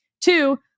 Two